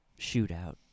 shootout